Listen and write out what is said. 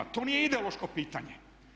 To nije ideološko pitanje.